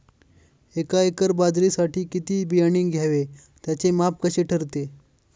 एका एकर बाजरीसाठी किती बियाणे घ्यावे? त्याचे माप कसे ठरते?